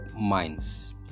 Minds